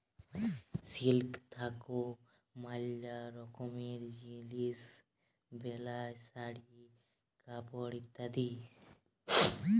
silk থাক্যে ম্যালা রকমের জিলিস বেলায় শাড়ি, কাপড় ইত্যাদি